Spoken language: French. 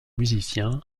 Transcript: musicien